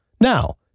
Now